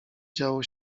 działo